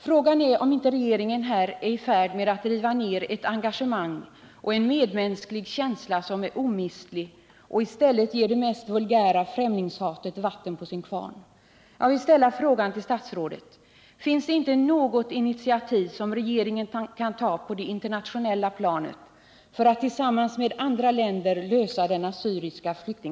Frågan är om inte regeringen är i färd med att riva ned ett engagemang och en medmänsklig känsla som är omistlig och i stället ger det mest vulgära främlingshatet vatten på sin kvarn.